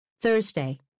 Thursday